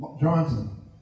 Johnson